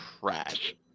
trash